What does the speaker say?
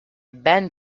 ben